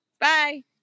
Bye